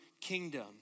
kingdom